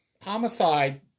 homicide